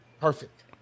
Perfect